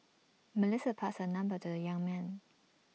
Melissa passed her number to the young man